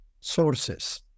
sources